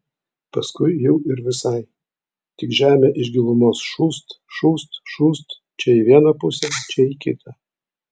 paskui jau ir visai tik žemė iš gilumos šūst šūst šūst čia į vieną pusę čia į kitą